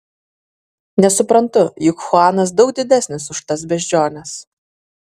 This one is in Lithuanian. nesuprantu juk chuanas daug didesnis už tas beždžiones